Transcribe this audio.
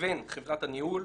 לבין חברת הניהול,